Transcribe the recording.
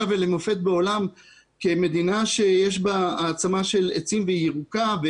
ולמופת בעולם כמדינה שיש בה העצמת עצים והיא ירוקה.